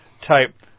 type